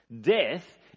Death